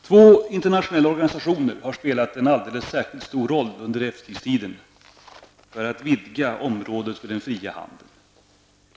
Två internationella organisationer har spelat en särskilt stor roll under efterkrigstiden för att vidga området för den fria handeln.